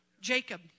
Jacob